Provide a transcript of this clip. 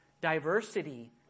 Diversity